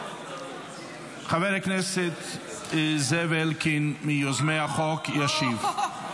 חבר הכנסת זאב אלקין, מיוזמי החוק, ישיב.